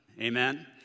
Amen